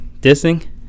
Dissing